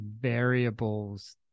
variables